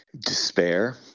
Despair